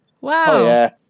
Wow